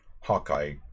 Hawkeye